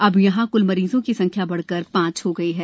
अब यहाँ मरीजों की संख्या बढ़कर पाँच हो गई है